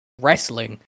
wrestling